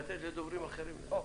לתת לדוברים אחרים לדבר.